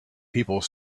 people